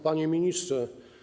Panie Ministrze!